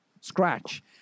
scratch